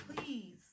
please